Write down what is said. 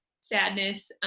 sadness